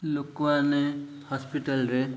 ଲୋକମାନେ ହସ୍ପିଟାଲ୍ରେ